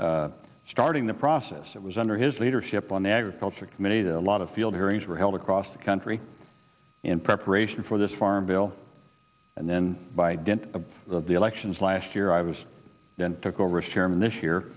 for starting the process that was under his leadership on the agriculture committee that a lot of field hearings were held across the country in preparation for this farm bill and then by dint of the elections last year i was then took over as chairman this year